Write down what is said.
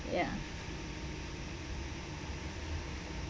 ya